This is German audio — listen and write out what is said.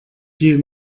viel